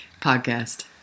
podcast